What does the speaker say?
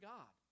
God